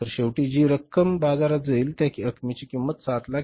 तर शेवटी जी रक्कम बाजारात जाईल त्या रकमेची किंमत 779000 आहे